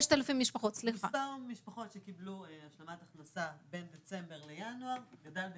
מספר המשפחות שקבלו השלמת הכנסה בין דצמבר לינואר גדל ב-6,000.